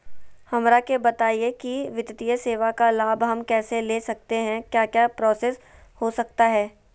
हमरा के बताइए की वित्तीय सेवा का लाभ हम कैसे ले सकते हैं क्या क्या प्रोसेस हो सकता है?